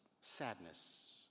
sadness